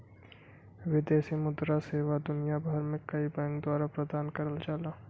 विदेशी मुद्रा सेवा दुनिया भर के कई बैंक द्वारा प्रदान करल जाला